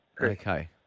Okay